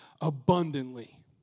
abundantly